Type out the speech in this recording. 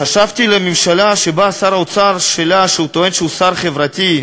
חשבתי שממשלה שבה שר האוצר שלה טוען שהוא שר חברתי,